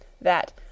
that